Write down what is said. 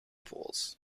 pools